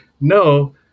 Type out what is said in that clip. No